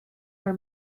our